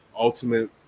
ultimate